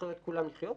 נשחרר את כולם לחיות.